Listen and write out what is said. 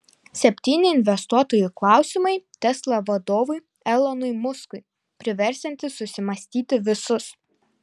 septyni investuotojų klausimai tesla vadovui elonui muskui priversiantys susimąstyti visus